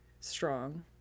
strong